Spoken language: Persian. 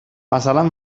مثلا